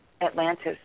Atlantis